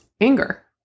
anger